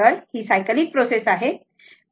तर ती cyclic process आहे बरोबर